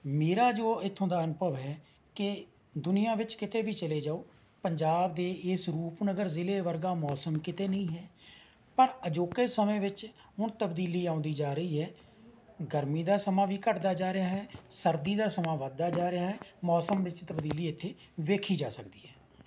ਮੇਰਾ ਜੋ ਇੱਥੋਂ ਦਾ ਅਨੁਭਵ ਹੈ ਕਿ ਦੁਨੀਆ ਵਿੱਚ ਕਿਤੇ ਵੀ ਚਲੇ ਜਾਓ ਪੰਜਾਬ ਦੇ ਇਸ ਰੂਪਨਗਰ ਜ਼ਿਲ੍ਹੇ ਵਰਗਾ ਮੌਸਮ ਕਿਤੇ ਨਹੀਂ ਹੈ ਪਰ ਅਜੋਕੇ ਸਮੇਂ ਵਿੱਚ ਹੁਣ ਤਬਦੀਲੀ ਆਉਂਦੀ ਜਾ ਰਹੀ ਹੈ ਗਰਮੀ ਦਾ ਸਮਾਂ ਵੀ ਘਟਦਾ ਜਾ ਰਿਹਾ ਹੈ ਸਰਦੀ ਦਾ ਸਮਾਂ ਵਧਦਾ ਜਾ ਰਿਹਾ ਹੈ ਮੌਸਮ ਵਿੱਚ ਤਬਦੀਲੀ ਇੱਥੇ ਵੇਖੀ ਜਾ ਸਕਦੀ ਹੈ